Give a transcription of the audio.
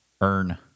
earn